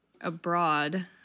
abroad